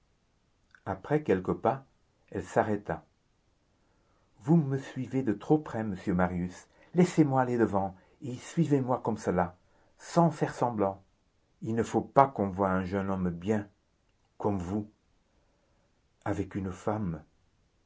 après quelques pas elle s'arrêta vous me suivez de trop près monsieur marius laissez-moi aller devant et suivez-moi comme cela sans faire semblant il ne faut pas qu'on voie un jeune homme bien comme vous avec une femme